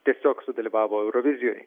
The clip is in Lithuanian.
tiesiog sudalyvavo eurovizijoj